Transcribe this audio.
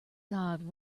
god